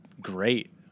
great